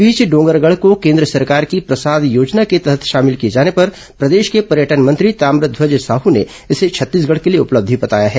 इस बीच डोगरगढ़ को केन्द्र सरकार की प्रसाद योजना के तहत शामिल किए जाने पर प्रदेश के पर्यटन मंत्री ताम्रध्वज साहू ने इसे छत्तीसगढ़ के लिए उपलब्धि बताया है